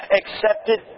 accepted